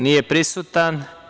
Nije prisutan.